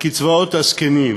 קצבאות הזקנים,